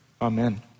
amen